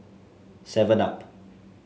Seven Up